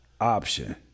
option